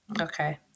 Okay